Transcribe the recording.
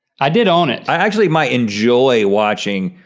i did own it. i actually might enjoy watching,